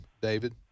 David